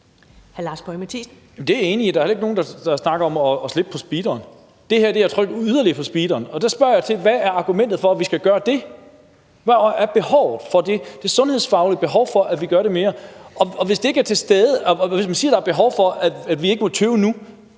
(NB): Det er jeg enig i. Der er heller ikke nogen, der snakker om at slippe speederen. Det her er at trykke yderligere på speederen, og der spørger jeg til, hvad argumentet er for, at vi skal gøre det. Hvad er behovet for det? Hvad er det sundhedsfaglige behov for, at vi skal gøre mere? Hvis det ikke er til stede, eller hvis man siger, der er behov for, at vi ikke må tøve nu,